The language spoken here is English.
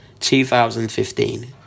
2015